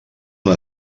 una